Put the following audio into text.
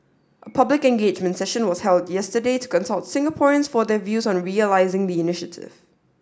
a public engagement session was held yesterday to consult Singaporeans for their views on realising the initiative